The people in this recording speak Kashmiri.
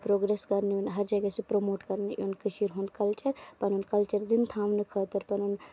پروگریس کَرُنہٕ یُن ہر جایہِ گژھِ یہِ پرموٹ کرنہٕ یُن کٔشیٖر ہُند کَلچر پَنُن کَلچر زِندٕ تھاونہٕ خٲطرٕ پنُن